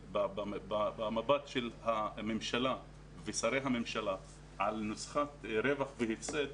במבט של הממשלה ושרי הממשלה, על נוסחת רווח והפסד,